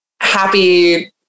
happy